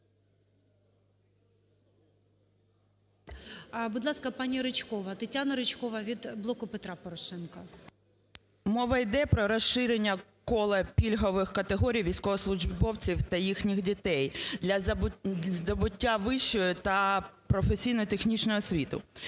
Мова йде про розширення кола пільгових категорій військовослужбовців та їхніх дітей для здобуття вищої та професійно-технічної освіти.